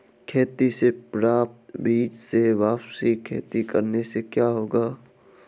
खेती से प्राप्त बीज से वापिस खेती करने से क्या होगा?